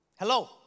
Hello